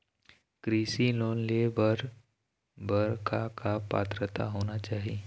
कृषि लोन ले बर बर का का पात्रता होना चाही?